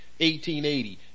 1880